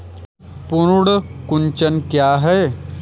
पर्ण कुंचन क्या है?